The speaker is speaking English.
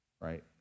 right